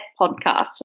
podcast